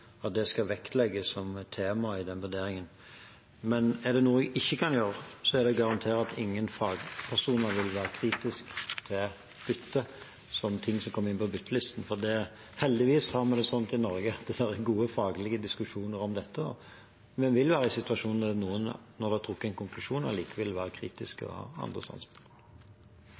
noe jeg ikke kan gjøre, så er det å garantere at ingen fagpersoner vil være kritisk til byttet, til hva som kommer inn på byttelisten. Heldigvis har vi det slik i Norge at det er gode faglige diskusjoner om dette, og vi vil være i situasjoner der noen, når det er trukket en konklusjon, likevel vil være kritiske og ha andre